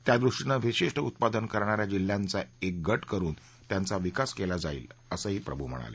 त्यादृष्टीनं विशिष्ट उत्पादनं करण्या या जिल्ह्यांचा क्रि गट करुन त्यांचा विकास केला जाईल असं प्रभू म्हणाले